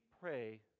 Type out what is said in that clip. pray